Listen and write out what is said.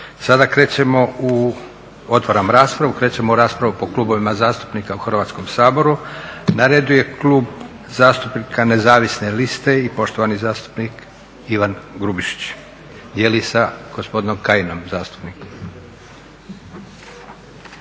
Hvala lijepa. Otvaram raspravu. Krećemo u raspravu po klubovima zastupnika u Hrvatskom saboru. Na redu je Klub zastupnika Nezavisne liste i poštovani zastupnik Ivan Grubišić, dijeli sa gospodinom Kajinom zastupnikom.